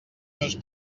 meus